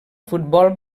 futbol